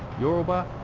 yoruba